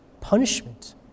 Punishment